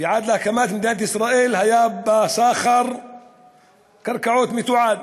ועד להקמת מדינת ישראל היה בה סחר קרקעות מתועד.